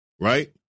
right